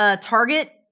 target